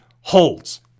holds